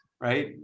right